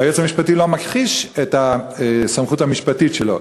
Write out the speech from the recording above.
והיועץ המשפטי לא מכחיש את הסמכות המשפטית שלו.